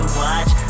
watch